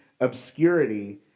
obscurity